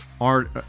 art